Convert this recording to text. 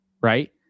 right